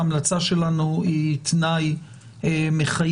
ההמלצה שלנו היא תנאי מחייב,